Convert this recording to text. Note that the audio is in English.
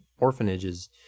orphanages